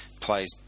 plays